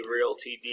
Realty